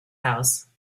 house